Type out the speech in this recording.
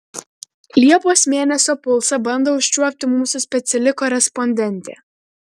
liepos mėnesio pulsą bando užčiuopti mūsų speciali korespondentė